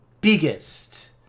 biggest